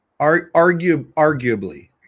Arguably